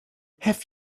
have